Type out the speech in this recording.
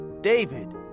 David